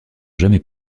jamais